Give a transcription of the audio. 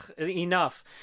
enough